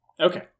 Okay